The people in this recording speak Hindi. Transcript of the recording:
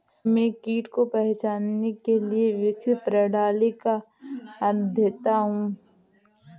मैं कीट को पहचानने के लिए विकसित प्रणाली का अध्येता हूँ